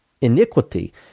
iniquity